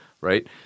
right